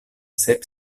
sep